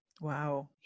wow